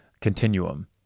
continuum